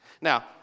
Now